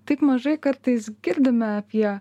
taip mažai kartais girdime apie